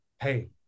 Hey